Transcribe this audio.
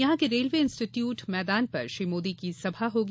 यहां के railway institute मैदान पर श्री मोदी की सभा होगी